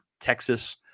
Texas